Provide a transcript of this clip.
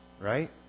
Right